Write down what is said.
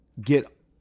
get